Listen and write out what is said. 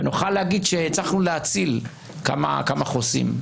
ושנוכל להגיד שהצלחנו להציל כמה חוסים.